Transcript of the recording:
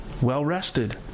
well-rested